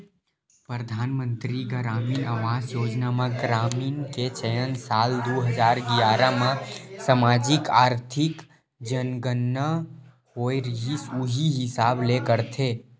परधानमंतरी गरामीन आवास योजना म ग्रामीन के चयन साल दू हजार गियारा म समाजिक, आरथिक जनगनना होए रिहिस उही हिसाब ले करथे